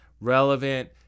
relevant